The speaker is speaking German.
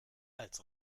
als